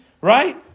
right